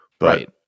Right